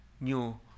new